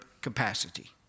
capacity